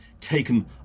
taken